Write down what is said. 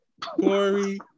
Corey